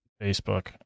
Facebook